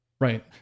Right